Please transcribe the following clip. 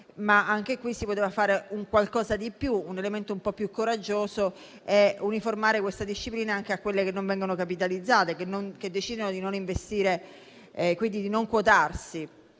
qualcosa di più, introducendo un elemento un po' più coraggioso e estendere questa disciplina anche a quelle che non vengono capitalizzate, che decidono di non investire e quindi di non quotarsi.